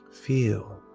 Feel